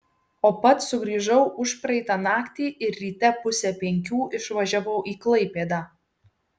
o pats sugrįžau užpraeitą naktį ir ryte pusę penkių išvažiavau į klaipėdą